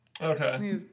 Okay